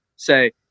Say